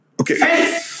Okay